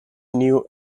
new